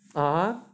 ah